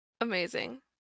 amazing